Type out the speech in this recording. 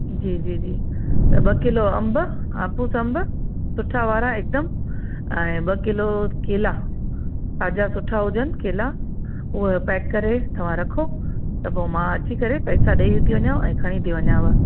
जी जी जी त ॿ किलो अंब आपूस अंब सुठा वारा इकदमि ऐं ॿ किलो केला ताज़ा सुठा हुजनि केला उहे पैक करे तव्हां रखो त पोइ मां अची करे पैसा ॾेई थी वञांव ऐं खणी थी वञांव